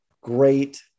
great